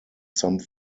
some